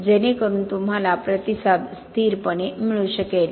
जेणेकरून तुम्हाला प्रतिसाद स्थिरपणे मिळू शकेल